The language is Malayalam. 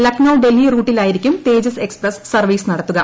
ലക്നൌ ഡൽഹി റൂട്ടിലായിരിക്കും തേജസ് എക്സ്പ്രസ് സർവീസ് നടത്തുക